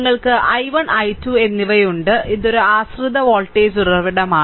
നിങ്ങൾക്ക് i1 i2 എന്നിവയുണ്ട് ഇത് ഒരു ആശ്രിത വോൾട്ടേജ് ഉറവിടമാണ്